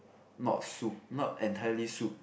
not soup not entirely soup